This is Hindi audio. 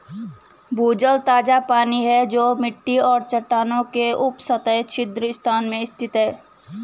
भूजल ताजा पानी है जो मिट्टी और चट्टानों के उपसतह छिद्र स्थान में स्थित है